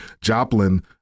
Joplin